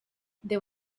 there